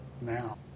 now